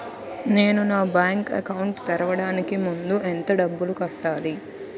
నేను నా bank account తెరవడానికి ముందు ఎంత డబ్బులు కట్టాలి?